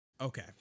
okay